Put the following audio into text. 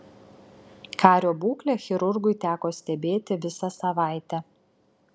kario būklę chirurgui teko stebėti visą savaitę